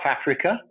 Africa